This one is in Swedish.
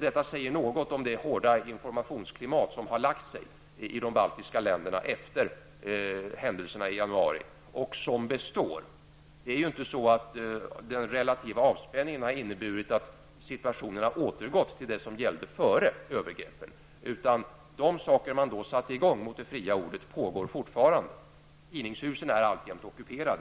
Detta säger något om det hårda informationsklimat som råder i de baltiska länderna efter händelserna i januari. Den relativa avspänningen har inte inneburit att situationen har återgått till det som gällde före övergreppen, utan de angrepp man då satte i gång mot det fria ordet pågår fortfarande. Tidningshuset är alltjämt ockuperat.